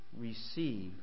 receive